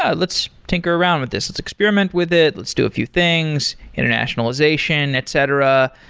ah let's tinker around with this. let's experiment with it, let's do a few things, internationalization, etc.